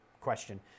question